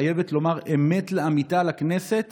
חייבת לומר אמת לאמיתה לכנסת